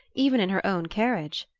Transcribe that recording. even in her own carriage.